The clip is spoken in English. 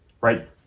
right